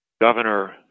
governor